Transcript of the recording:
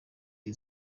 iri